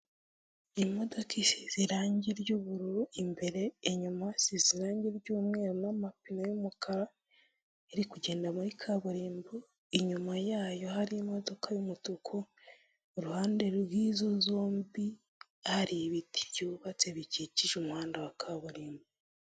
Imodoka isize irangi ry'ubururu imbere, inyuma hasize irange ry'umweru amapine y'umukara iri kugenda muri kaburimbo, inyuma yayo hari imodoka y'umutuku iruhande rw'inzu zombi hari ibiti byubatse bikikije umuhanda wa kaburimbo.